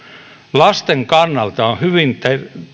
lasten kannalta on hyvin